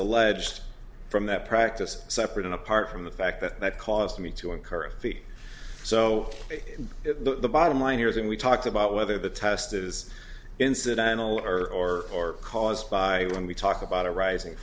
alleged from that practice separate in a apart from the fact that that caused me to encourage feet so the bottom line here is and we talked about whether the test is incidental or caused by when we talk about a rising